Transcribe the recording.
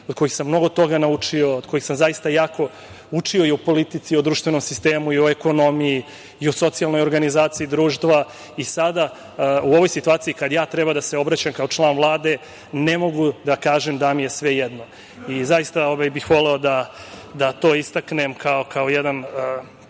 od kojih sam mnogo toga naučio, od kojih sam jako učio i o politici i o društvenom sistemu i o ekonomiji i o socijalnoj organizaciji društva i sada, u ovoj situaciji kada ja treba da se obraćam kao član Vlade, ne mogu da kažem da mi je svejedno. Zaista bih voleo da to istaknem kao jedan